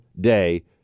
day